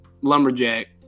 lumberjack